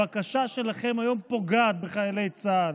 הבקשה שלכם היום פוגעת בחיילי צה"ל,